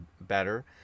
better